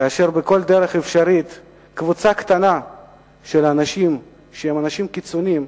כאשר בכל דרך אפשרית קבוצה קטנה של אנשים שהם אנשים קיצוניים